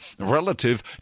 relative